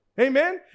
Amen